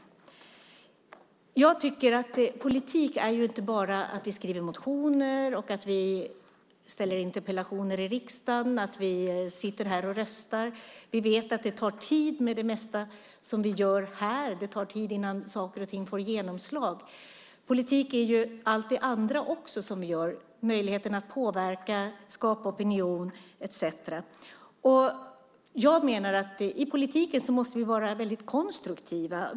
Politik är inte bara att skriva motioner, att ställa interpellationer i riksdagen och att rösta. Vi vet att det mesta som vi gör i riksdagen tar tid innan det får genomslag. Men politik är också allt det andra som vi gör - möjligheten att påverka, skapa opinion etcetera. Jag menar att vi i politiken måste vara konstruktiva.